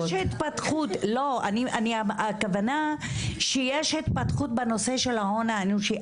לא, הכוונה שיש התפתחות הנושא של ההון האנושי.